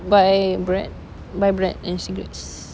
buy bread buy bread and cigarettes